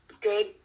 good